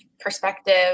perspective